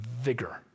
vigor